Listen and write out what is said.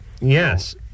Yes